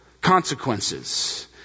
consequences